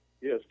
Yes